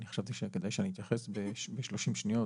אני חשבתי שכדאי שאני אתייחס בשלושים שניות.